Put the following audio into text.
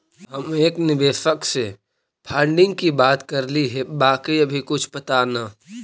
हम एक निवेशक से फंडिंग की बात करली हे बाकी अभी कुछ पता न